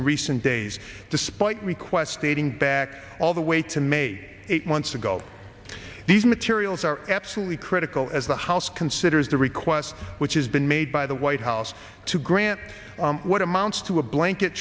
recent days despite requests dating back all the way to made eight months ago these materials are absolutely critical as the house considers the requests which has been made by the white house to grant what amounts to a blanket